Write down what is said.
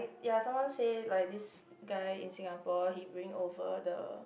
ya someone say like this guy in Singapore he bring over the